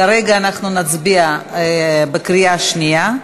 כרגע אנחנו נצביע בקריאה שנייה.